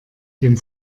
dem